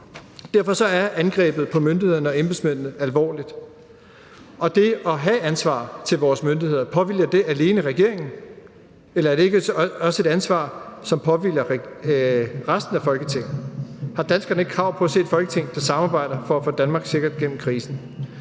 Derfor er angrebet på myndighederne og embedsmændene alvorligt. Og det at have ansvar i forhold til vores myndigheder, påhviler det alene regeringen, eller er det ikke også et ansvar, som påhviler resten af Folketinget? Har danskerne ikke krav på at se et Folketing, der samarbejder for at få Danmark sikkert gennem krisen?